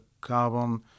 carbon